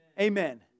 Amen